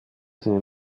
sind